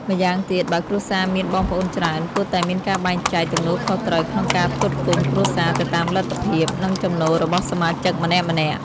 ម្យ៉ាងទៀត បើគ្រួសារមានបងប្អូនច្រើន គួរតែមានការបែងចែកទំនួលខុសត្រូវក្នុងការផ្គត់ផ្គង់គ្រួសារទៅតាមលទ្ធភាព និងចំណូលរបស់សមាជិកម្នាក់ៗ។